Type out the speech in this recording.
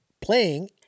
playing